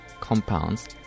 compounds